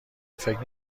فکر